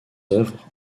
œuvres